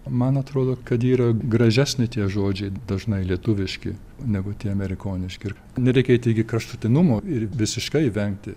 man atrodo kad yra gražesni tie žodžiai dažnai lietuviški negu tie amerikoniški ir nereikia eit iki kraštutinumo ir visiškai vengti